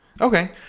Okay